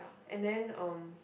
ya and then um